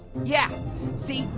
yeah see,